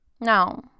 No